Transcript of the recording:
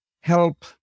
help